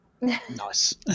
nice